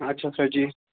अच्छा सर जी